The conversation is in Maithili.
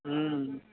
हूँ